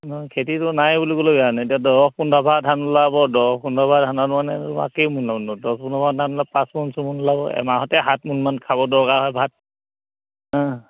নহয় খেতিটো নাই বুলি কলে এতিয়া দহ পোন্ধৰভাৰ ধান ওলাব দহ পোন্ধৰভাৰ ধানত মানে কেইমোন ওলাব ন দহ পোন্ধৰভাৰ ধান ওলালে পাঁচ মোন চমোন ওলাব এমাহতে সাত মোনমান খাবলৈ দৰকাৰ হয় ভাত